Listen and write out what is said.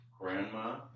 grandma